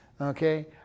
Okay